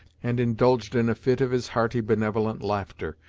and indulged in a fit of his hearty, benevolent laughter.